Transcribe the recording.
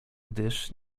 gdyż